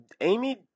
Amy